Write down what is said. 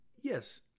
Yes